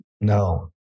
No